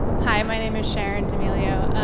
hi my name is sharon demilio.